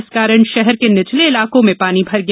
इस कारण शहर के निचले इलाकों में पानी भर गया